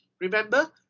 Remember